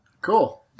cool